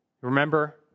Remember